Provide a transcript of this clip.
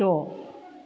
द'